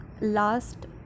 last